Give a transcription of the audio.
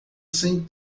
sem